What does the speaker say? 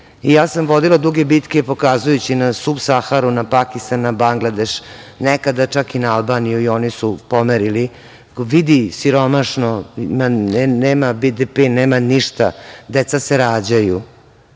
Ja sam vodila duge bitke pokazujući na Sub-saharu, na Pakistan, na Bangladeš, nekada čak i na Albaniju i oni su pomerili, vidi siromašno, nema BDP, nema ništa, deca se rađaju.